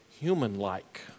human-like